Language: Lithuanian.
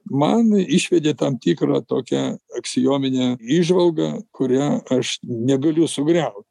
man išvedė tam tikrą tokią aksiominę įžvalgą kurią aš negaliu sugriau